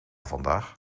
vandaag